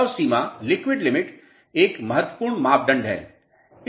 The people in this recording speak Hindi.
द्रव सीमा लिक्विड लिमिट एक महत्वपूर्ण मापदंड है